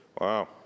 Wow